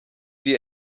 die